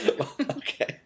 Okay